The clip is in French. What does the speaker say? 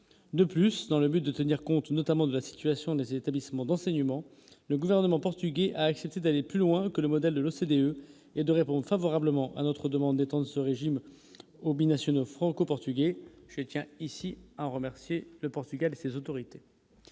de plus dans le but de tenir compte notamment de la situation des établissements d'enseignement, le gouvernement portugais a accepté d'aller plus loin que le modèle de l'OCDE, il y a 2 répondent favorablement à notre demande d'étendre ce régime aux binationaux franco-portugais. Je tiens ici à remercier le Portugal ces autorités